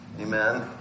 Amen